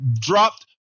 dropped